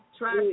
try